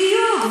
בדיוק.